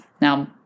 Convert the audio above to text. Now